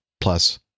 plus